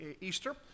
Easter